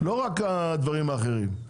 לא רק הדברים האחרים.